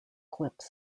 clips